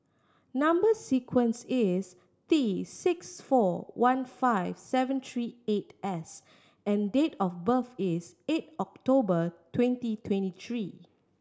number sequence is T six four one five seven three eight S and date of birth is eight October twenty twenty three